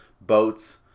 boats